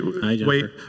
Wait